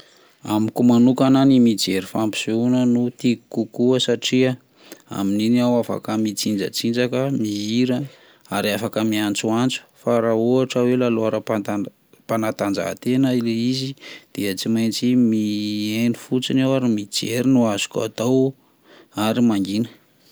Amiko manokana ny mijery fampisehoana no tiko kokoa satria amin'iny aho afaka mitsinjatsinjaka, mihira ary afaka miantsoantso fa raha ohatra hoe lalao aram-pana- panatanjahatena le izy dia tsy maintsy mihaino fotsiny aho, ary mijery no azoko atao ary mangina.